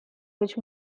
which